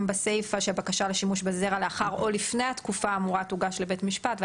בסיפה שהבקשה לשימוש בזרע לאחר או לפני התקופה האמורה תוגש לבית משפט.